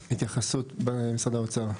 התייחסות, משרד האוצר.